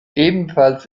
ebenfalls